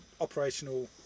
operational